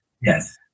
Yes